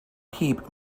keep